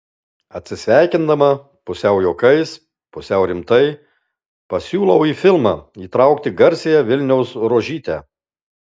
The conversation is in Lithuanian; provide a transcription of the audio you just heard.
atsisveikindama pusiau juokais pusiau rimtai pasiūlau į filmą įtraukti garsiąją vilniaus rožytę